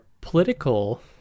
political